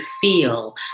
feel